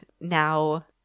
now